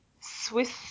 Swiss